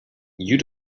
you